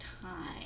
time